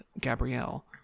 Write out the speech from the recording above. Gabrielle